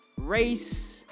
race